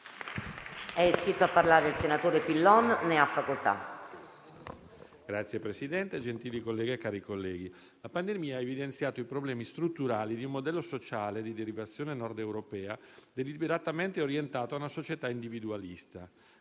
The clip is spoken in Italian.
Signor Presidente, gentili colleghe, cari colleghi, la pandemia ha evidenziato i problemi strutturali di un modello sociale, di derivazione nordeuropea, deliberatamente orientato a una società individualista.